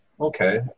Okay